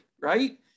right